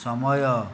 ସମୟ